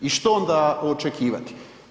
I što onda očekivati?